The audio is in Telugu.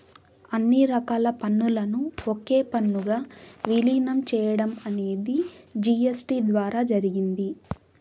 అన్ని రకాల పన్నులను ఒకే పన్నుగా విలీనం చేయడం అనేది జీ.ఎస్.టీ ద్వారా జరిగింది